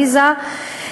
עליזה.